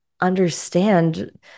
understand